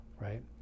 right